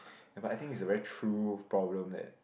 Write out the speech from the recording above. ya but I think it's a very true problem that